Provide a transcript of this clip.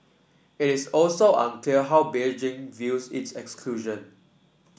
it is also unclear how Beijing views its exclusion